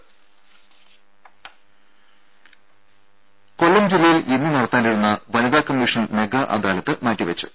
ദേദ കൊല്ലം ജില്ലയിൽ ഇന്ന് നടത്താനിരുന്ന വനിതാ കമ്മീഷൻ മെഗാ അദാലത്ത് മാറ്റിവെച്ചു